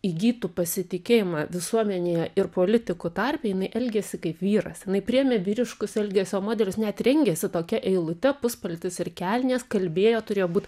įgytų pasitikėjimą visuomenėje ir politikų tarpe jinai elgėsi kaip vyras jinai priėmė vyriškus elgesio modelius net rengėsi tokia eilute puspaltis ir kelnės kalbėjo turėjo būt